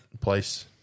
place